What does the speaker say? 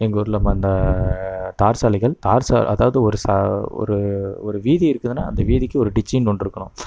எங்கள் ஊரில் மந்த தார் சாலைகள் தார் சா அதாவது ஒரு ஒரு ஒரு வீதி இருக்குதுனால் அந்த வீதிக்கு ஒரு டிச்சினு ஒன்று இருக்கணும்